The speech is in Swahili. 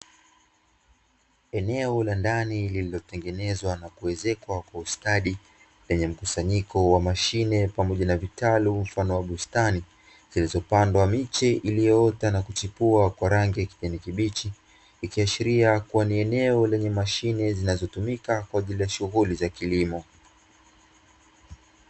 Eneo la ndani lililotengenezwa na kuezekwa kwa ustadi lenye mkusanyiko wa mashine pamoja na vitalu mfano wa bustani, zilizopandwa wa miche iliyoota na kuchipua kwa rangi ya kijani kibichi, ikiashiria kuwa ni eneo lenye mashine zinazotumika kwa ajili ya shughuli za kilimo